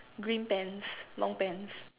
green pants long pants